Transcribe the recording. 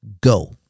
Go